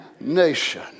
nation